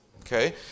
Okay